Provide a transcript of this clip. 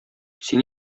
син